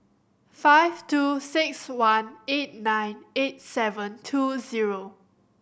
five two six one eight nine eight seven two zero